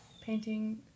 painting